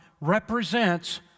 represents